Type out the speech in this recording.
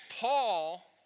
Paul